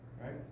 right